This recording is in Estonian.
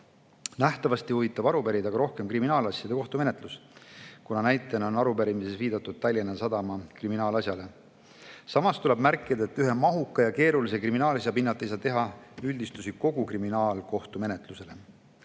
Nähtavasti huvitab arupärijaid rohkem kriminaalasjade kohtumenetlus, kuna arupärimises on näitena viidatud Tallinna Sadama kriminaalasjale. Tuleb märkida, et ühe mahuka ja keerulise kriminaalasja pinnalt ei saa teha üldistusi kogu kriminaalkohtumenetlusele.